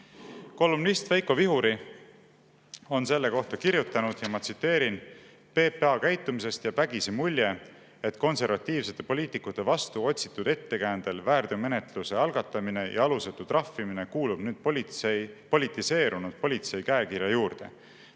Kolumnist Veiko Vihuri on selle kohta kirjutanud: "PPA käitumisest jääb vägisi mulje, et konservatiivsete poliitikute vastu otsitud ettekäändel väärteomenetluse algatamine ja alusetu trahvimine kuulub nüüd politiseerunud politsei käekirja juurde.